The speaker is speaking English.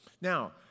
Now